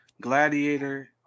Gladiator